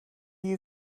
you